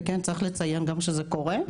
וכן צריך לציין גם שזה קורה.